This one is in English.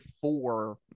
four